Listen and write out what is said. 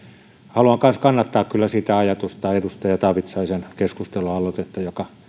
haluan kanssa kannattaa kyllä sitä ajatusta edustaja taavitsaisen keskustelualoitetta joka